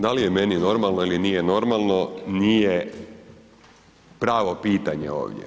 Da li je meni normalno ili nije normalno, nije pravo pitanje ovdje.